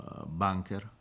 bunker